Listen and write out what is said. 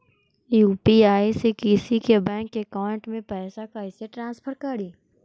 UPI से किसी के बैंक अकाउंट में पैसा कैसे ट्रांसफर करी?